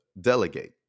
delegate